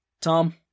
Tom